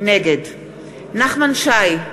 נגד נחמן שי,